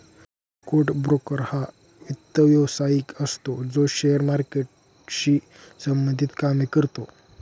stock broker हा वित्त व्यवसायिक असतो जो शेअर मार्केटशी संबंधित कामे करतो